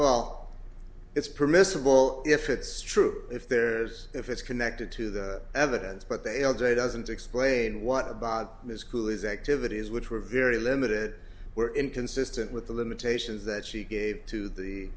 all it's permissible if it's true if there's if it's connected to the evidence but they all day doesn't explain what about ms coolies activities which were very limited were inconsistent with the limitations that she gave to the